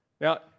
Now